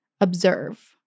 Observe